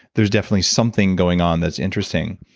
there's definitely something going on that's interesting.